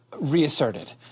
reasserted